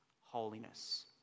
holiness